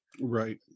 Right